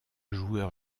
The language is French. joueur